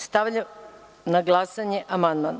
Stavljam na glasanje amandman.